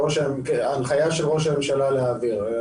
הנחיה של ראש הממשלה להעביר.